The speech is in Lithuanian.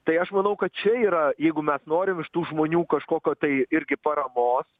tai aš manau kad čia yra jeigu mes norim iš tų žmonių kažkokio tai irgi paramos